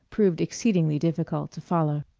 proved exceedingly difficult to follow.